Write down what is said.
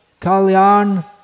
kalyan